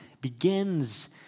begins